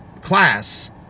class